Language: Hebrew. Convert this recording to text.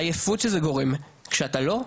עייפות שזה גורם, כשאתה לא,